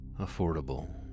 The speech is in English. Affordable